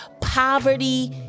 Poverty